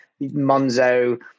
Monzo